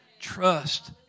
Trust